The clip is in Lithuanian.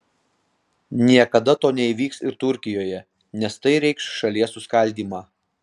niekada to neįvyks ir turkijoje nes tai reikš šalies suskaldymą